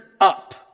up